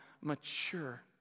mature